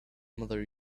mother